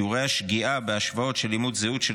שיעורי השגיאה בהשוואות של אימות זהות של